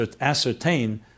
ascertain